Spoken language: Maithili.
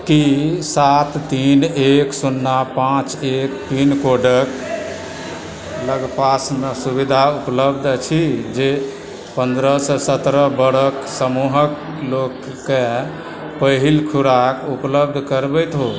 की सात तीन एक शुन्ना पाँच एक पिनकोडक लगपासमे सुविधा उपलब्ध अछि जे पन्द्रह से सत्रह वर्ष समूहक लोककेँ पहिल खुराक उपलब्ध करबैत हो